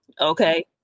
Okay